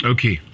Okay